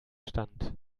stand